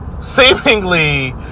seemingly